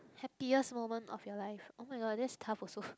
happiest moment of your life oh-my-god that's tough also